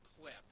clip